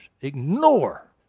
ignore